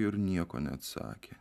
ir nieko neatsakė